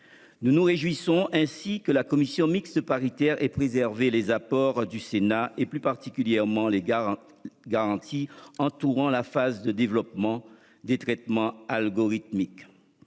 Nous nous réjouissons que la commission mixte paritaire ait préservé les apports du Sénat, plus particulièrement les garanties entourant la phase de développement des traitements algorithmiques.